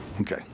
Okay